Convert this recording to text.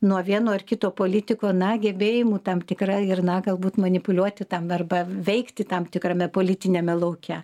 nuo vieno ar kito politiko na gebėjimų tam tikra ir na galbūt manipuliuoti tam arba veikti tam tikrame politiniame lauke